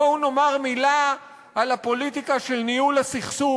בואו נאמר מילה על הפוליטיקה של ניהול הסכסוך,